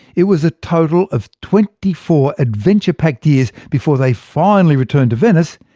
it was a total of twenty-four adventure-packed years before they finally returned to venice,